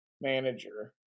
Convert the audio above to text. manager